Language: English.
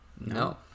No